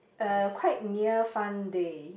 uh quite near fun day